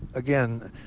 again,